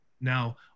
Now